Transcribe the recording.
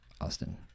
Austin